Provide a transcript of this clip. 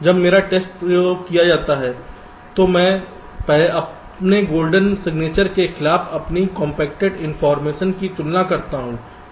जब मेरा टेस्ट प्रयोग किया जाता है तो मैं अपने गोल्डन सिग्नेचर के खिलाफ अपनी कंपैक्टेड इनफॉरमेशन की तुलना करता हूं